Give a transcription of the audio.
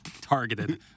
Targeted